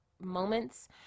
moments